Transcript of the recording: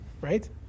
right